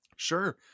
Sure